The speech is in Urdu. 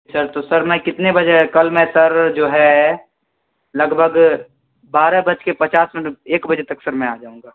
سر تو سر میں کتنے بجے کل میں سر جو ہے لگ بھگ بارہ بج کے پچاس مطلب ایک بجے تک سر میں آ جاؤں گا